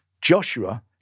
Joshua